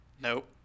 Nope